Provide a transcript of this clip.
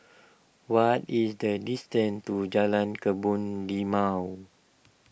what is the distance to Jalan Kebun Limau